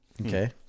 Okay